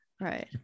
Right